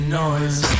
noise